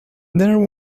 there